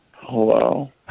hello